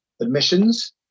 admissions